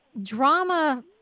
drama